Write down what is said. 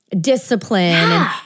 discipline